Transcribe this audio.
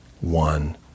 one